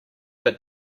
but